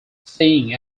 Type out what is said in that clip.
seeing